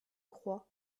crois